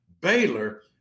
Baylor